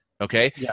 Okay